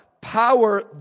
power